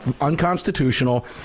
unconstitutional